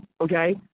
okay